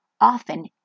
often